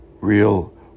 real